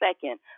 second